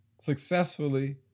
successfully